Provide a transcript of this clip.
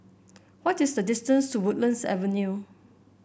what is the distance to Woodlands Avenue